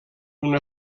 una